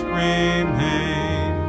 remain